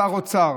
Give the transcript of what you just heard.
שר אוצר